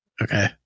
okay